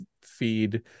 feed